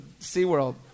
SeaWorld